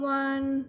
one